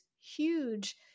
huge